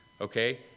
Okay